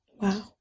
Wow